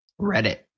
Reddit